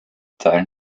teile